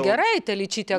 gerai telyčytė